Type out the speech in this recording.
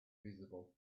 visible